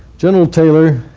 general taylor,